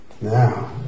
Now